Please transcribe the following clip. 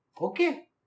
Okay